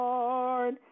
Lord